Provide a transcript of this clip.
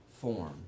form